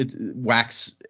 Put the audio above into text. Wax